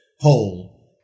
whole